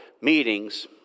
meetings